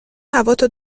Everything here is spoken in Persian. هواتو